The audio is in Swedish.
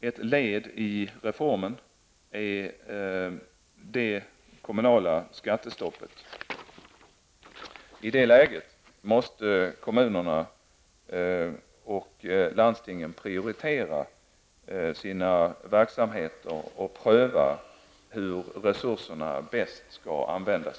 Ett led i reformen är det kommunala skattestoppet. I det läget måste kommunerna och landstingen prioritera sina verksamheter och pröva hur resurserna bäst skall användas.